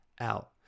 out